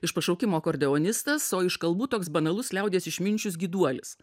iš pašaukimo akordeonistas o iš kalbų toks banalus liaudies išminčius gyduolis